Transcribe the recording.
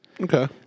Okay